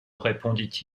répondit